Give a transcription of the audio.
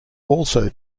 also